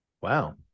wow